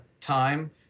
time